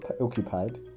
occupied